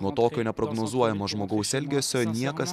nuo tokio neprognozuojamo žmogaus elgesio niekas